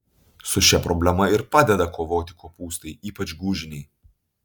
su šia problema ir padeda kovoti kopūstai ypač gūžiniai